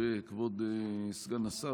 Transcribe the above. כבוד סגן השר,